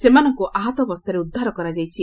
ସେମାନଙ୍କୁ ଆହତ ଅବସ୍ତାରେ ଉଦ୍ଧାର କରାଯାଇଛି